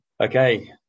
Okay